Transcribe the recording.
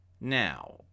Now